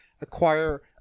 acquire